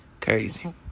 Crazy